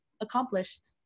accomplished